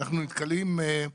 אנחנו נתקלים.